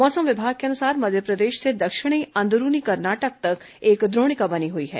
मौसम विभाग के अनुसार मध्यप्रदेश से दक्षिणी अंदरूनी कर्नाटक तक एक द्रोणिका बनी हुई है